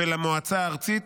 ולמועצה הארצית,